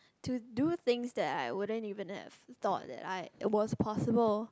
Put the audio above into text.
to do things that I won't even have thought I was possible